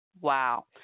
Wow